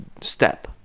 step